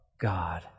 God